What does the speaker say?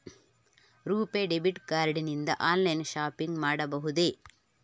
RuPay debit card ನಿಂದ online shopping ಮಾಡಬಹುದೇ?